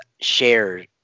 share